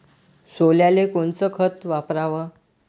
सोल्याले कोनचं खत वापराव?